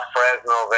Fresno